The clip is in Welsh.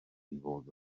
fod